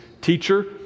teacher